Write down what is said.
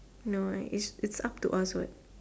no right it's it's up to us what